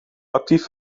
actief